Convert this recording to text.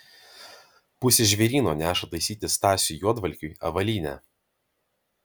pusė žvėryno neša taisyti stasiui juodvalkiui avalynę